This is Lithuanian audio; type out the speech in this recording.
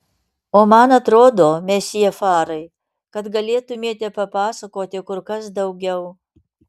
o man atrodo mesjė farai kad galėtumėte papasakoti kur kas daugiau